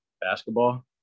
Basketball